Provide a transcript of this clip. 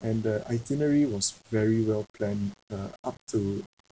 and the itinerary was very well planned uh up to